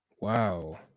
Wow